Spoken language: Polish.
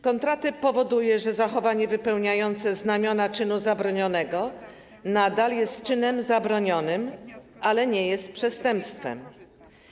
Kontratyp powoduje, że zachowanie wypełniające znamiona czynu zabronionego nadal jest czynem zabronionym, ale nie jest przestępstwem.